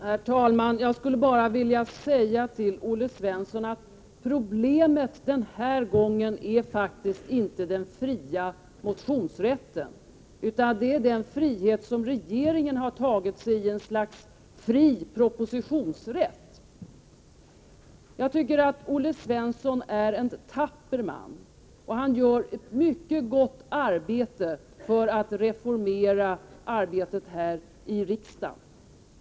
Herr talman! Jag skulle vilja säga till Olle Svensson att problemet den här gången faktiskt inte är den fria motionsrätten utan den frihet som regeringen har tagit sig, ett slags fri propositionsrätt. Jag tycker att Olle Svensson är en tapper man och gör ett mycket gott arbete för att reformera arbetet här i riksdagen.